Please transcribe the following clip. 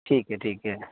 ਠੀਕ ਹੈ ਠੀਕ ਹੈ